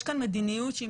יש כאן מדיניות שהיא